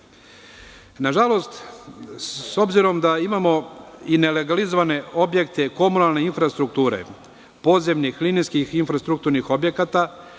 terenu. Nažalost, s obzirom da imamo i nelegalizovane objekte komunalne infrastrukture, podzemnih, linijskih, infrastrukturnih objekata,